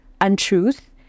untruth